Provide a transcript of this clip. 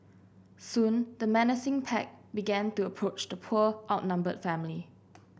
soon the menacing pack began to approach the poor outnumbered family